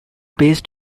based